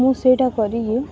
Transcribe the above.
ମୁଁ ସେଇଟା କରିକି